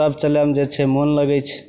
तब चलैमे जे छै मोन लगै छै